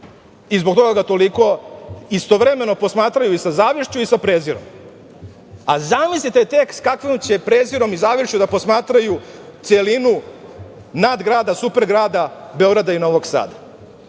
i zbog toga ga toliko istovremeno posmatraju i sa zavišću i sa prezirom. A zamislite tek s kakvim će prezirom i zavišću da posmatraju celinu nadgrada, supergrada Beograda i Novog Sada,